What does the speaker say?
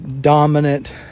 dominant